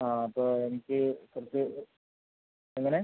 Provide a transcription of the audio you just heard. ആ അപ്പം എനിക്ക് കുറച്ച് എങ്ങനെ